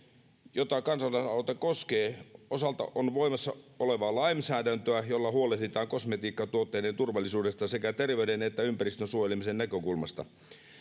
joita kansalaisaloite koskee osalta on voimassa olevaa lainsäädäntöä jolla huolehditaan kosmetiikkatuotteiden turvallisuudesta sekä terveyden että ympäristön suojelemisen näkökulmasta